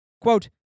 Quote